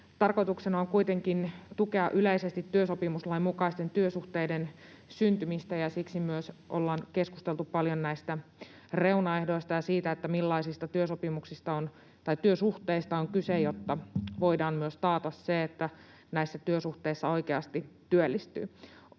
Tarkoituksena on kuitenkin tukea yleisesti työsopimuslain mukaisten työsuhteiden syntymistä, ja siksi myös ollaan keskusteltu paljon reunaehdoista ja siitä, millaisista työsuhteista on kyse, jotta voidaan myös taata se, että näissä työsuhteissa oikeasti työllistyy.